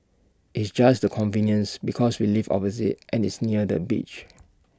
it's just the convenience because we live opposite and it's near the beach